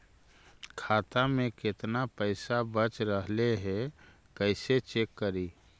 खाता में केतना पैसा बच रहले हे कैसे चेक करी?